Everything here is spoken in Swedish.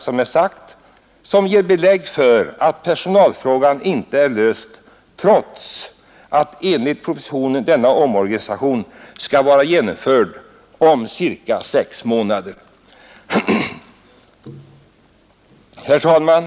Det skrivna ger nämligen belägg för att personalfrågan inte är löst, trots att denna omorganisation enligt propositionen skall vara genomförd om cirka sex månader. Herr talman!